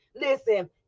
listen